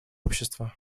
общества